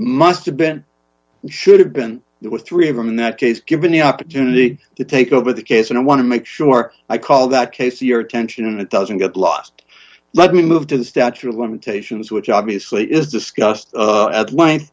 must have been should have been there were three of them in that case given the opportunity to take over the case and i want to make sure i call that case your attention and it doesn't get lost let me move to the statute of limitations which obviously is discussed